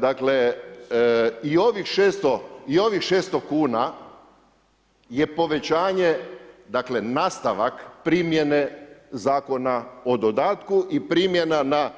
Dakle i ovih 600 kuna je povećanje dakle nastavak primjene Zakona o dodatku i primjena na